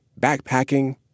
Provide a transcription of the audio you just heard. backpacking